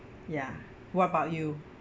ya what about you